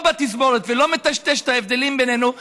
בתזמורת ולא מטשטש את ההבדלים בינינו,